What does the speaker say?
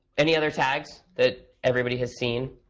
any other tags that everybody has seen?